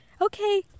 Okay